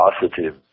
positive